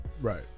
right